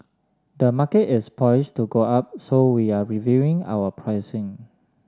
the market is poised to go up so we're reviewing our pricing